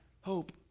Hope